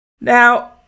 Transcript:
Now